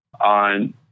on